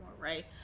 right